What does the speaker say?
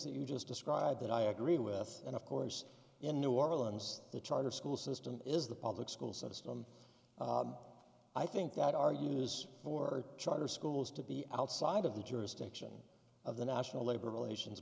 that you just described that i agree with and of course in new orleans the charter school system is the public school system i think that our unit is for charter schools to be outside of the jurisdiction of the national labor relations